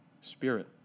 spirit